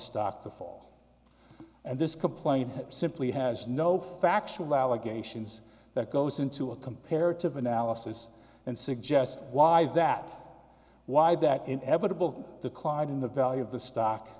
stock the fore and this complaint simply has no factual allegations that goes into a comparative analysis and suggest why that why that in evitable the clot in the value of the stock